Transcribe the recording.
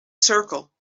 circle